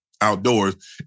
outdoors